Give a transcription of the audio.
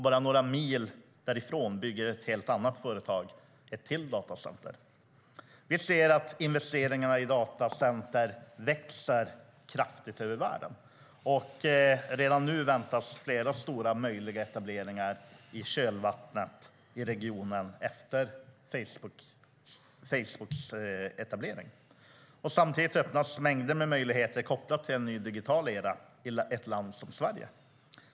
Bara några mil därifrån bygger ett helt annat företag ett till datacenter. Vi ser att investeringarna i datacenter växer kraftigt över världen. Redan nu väntas flera stora möjliga etableringar i regionen i kölvattnet efter Facebooketableringen. Samtidigt öppnas mängder med möjligheter kopplade till en ny digital era i ett land som Sverige.